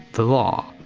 the law!